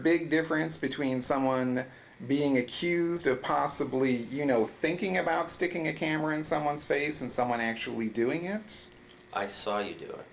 big difference between someone being accused of possibly you know thinking about sticking a camera in someone's face and someone actually doing it i saw you do